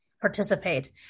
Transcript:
participate